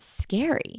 scary